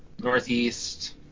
Northeast